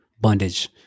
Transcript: bondage